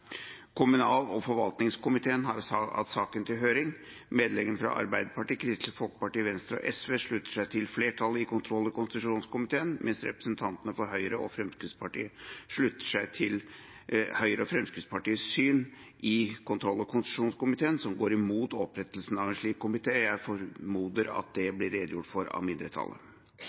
Kommunal- og forvaltningskomiteen har hatt saken til høring, og medlemmene fra Arbeiderpartiet, Kristelig Folkeparti, Venstre og SV slutter seg til flertallet i kontroll- og konstitusjonskomiteen, mens representantene fra Høyre og Fremskrittspartiet slutter seg til Høyre og Fremskrittspartiets syn i kontroll- og konstitusjonskomiteen, som går imot opprettelsen av en slik komité. Jeg formoder at det blir redegjort for av mindretallet.